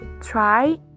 try